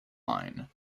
line